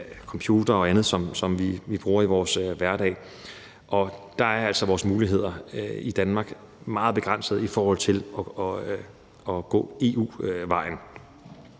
og andet, som vi bruger i vores hverdag. Der er vores muligheder i Danmark altså meget begrænset i forhold til at gå EU-vejen.